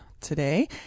today